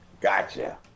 Gotcha